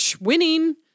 winning